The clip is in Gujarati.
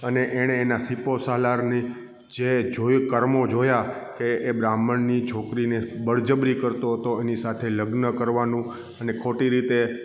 અને એણે એના સીપો સાલારની જે જોઈ કર્મો જોયા કે એ બ્રાહ્મણની છોકરીને બળજબરી કરતો હતો એની સાથે લગ્ન કરવાનું અને ખોટી રીતે